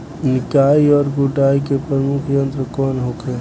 निकाई और गुड़ाई के प्रमुख यंत्र कौन होखे?